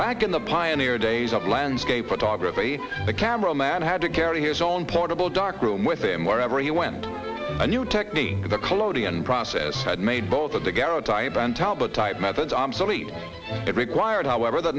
back in the pioneer days of landscape photography the camera man had to carry his own portable darkroom with him wherever he went to new technique the collodion process had made both of the garrote type and help a type method obsolete it required however the